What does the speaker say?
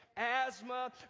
asthma